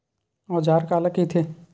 औजार काला कइथे?